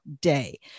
day